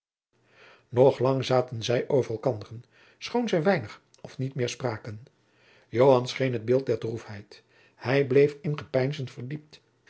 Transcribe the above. trekken lang nog zaten zij over elkanderen schoon zij jacob van lennep de pleegzoon weinig of niet meer spraken joan scheen het beeld der droefheid hij bleef in gepeinzen verdiept